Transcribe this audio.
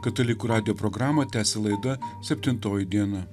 katalikų radijo programą tęsia laida septintoji diena